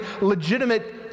legitimate